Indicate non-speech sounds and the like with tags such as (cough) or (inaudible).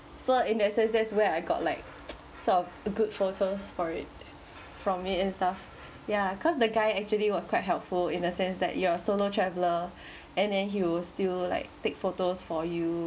so in that sense that's where I got like (noise) sort of a good photos for it from me and stuff yeah cause the guy actually was quite helpful in a sense that you are a solo traveller and then he will still like take photos for you